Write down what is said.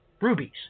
Rubies